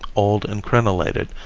old and crenellated,